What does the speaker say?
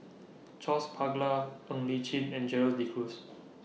Charles Paglar Ng Li Chin and Gerald De Cruz